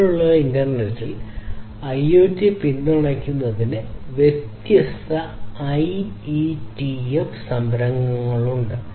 നിലവിലുള്ള ഇന്റർനെറ്റിൽ ഐഒടിയെ പിന്തുണയ്ക്കുന്നതിന് വ്യത്യസ്ത ഐഇടിഎഫ് സംരംഭങ്ങളുണ്ട്